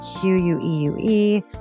Q-U-E-U-E